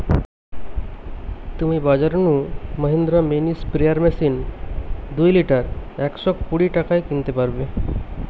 তুমি বাজর নু মহিন্দ্রা মিনি স্প্রেয়ার মেশিন দুই লিটার একশ কুড়ি টাকায় কিনতে পারবে